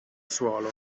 suolo